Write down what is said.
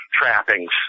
trappings